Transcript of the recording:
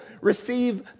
receive